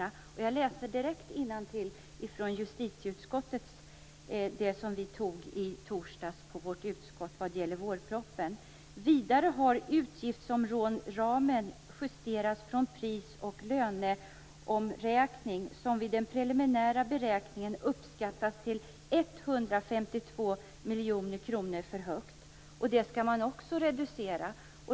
Jag läser innantill direkt från det som justitieutskottet antog i torsdags gällande vårpropositionen: "Vidare har utgiftsområdesramen justerats från pris och löneomräkning som vid den preliminära beräkningen uppskattades till ett 152 miljoner kronor för högt belopp." Det skall man också reducera.